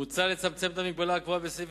מוצע לצמצם את המגבלה הקבועה בסעיף